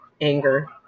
anger